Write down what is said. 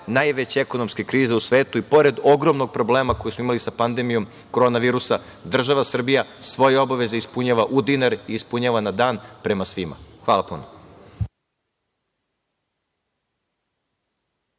najveće ekonomske krize u svetu i pored ogromnog problema koji smo imali sa pandemijom korona virusa. Država Srbija svoje obaveze ispunjava u dinar i ispunjava na dan prema svima. Hvala.